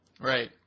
Right